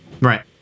Right